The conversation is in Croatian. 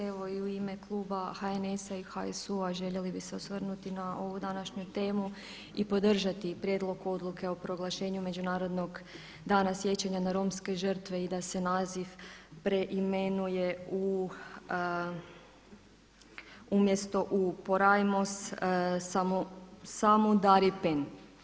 Evo i u ime kluba HNS-a i HSU-a željeli bi se osvrnuti na ovu današnju temu i podržati Prijedlog odluke o proglašenju međunarodnog dana sjećanja na romske žrtve i da se naziv preimenuje u, umjesto u „porajmos“ u „samuudaripen“